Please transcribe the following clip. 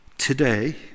Today